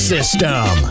System